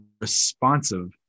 responsive